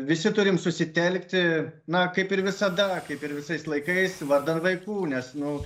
visi turim susitelkti na kaip ir visada kaip ir visais laikais vardan vaikų nes nu